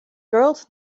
girls